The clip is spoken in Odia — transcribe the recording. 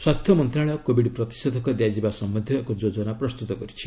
ସ୍ୱାସ୍ଥ୍ୟ ମନ୍ତ୍ରଶାଳୟ କୋବିଡ୍ ପ୍ରତିଷେଧକ ଦିଆଯିବା ସମ୍ଭନ୍ଧୀୟ ଏକ ଯୋଜନା ପ୍ରସ୍ତୁତ କରିଛି